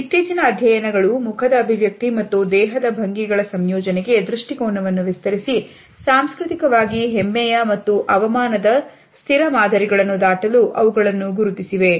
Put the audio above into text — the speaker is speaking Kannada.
ಇತ್ತೀಚಿನ ಅಧ್ಯಯನಗಳು ಮುಖದ ಅಭಿವ್ಯಕ್ತಿ ಮತ್ತು ದೇಹದ ಭಂಗಿಗಳ ಸಂಯೋಜನೆಗೆ ದೃಷ್ಟಿಕೋನವನ್ನು ವಿಸ್ತರಿಸಿ ಸಾಂಸ್ಕೃತಿಕವಾಗಿ ಹೆಮ್ಮೆಯ ಮತ್ತು ಅವಮಾನದ ಸ್ಥಿರ ಮಾದರಿಗಳನ್ನು ದಾಟಲು ಅವುಗಳನ್ನು ಗುರುತಿಸಿವೆ